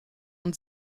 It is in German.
und